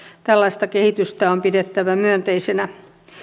tällaista kehitystä on pidettävä myönteisenä